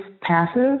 passive